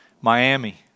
Miami